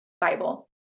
Bible